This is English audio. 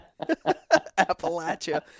Appalachia